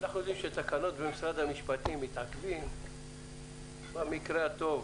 אנחנו יודעים שתקנות במשרד המשפטים מתעכבות במקרה הטוב